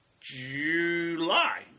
july